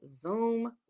Zoom